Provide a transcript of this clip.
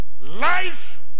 Life